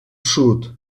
sud